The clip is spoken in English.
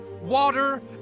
Water